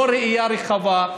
לא ראייה רחבה,